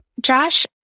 Josh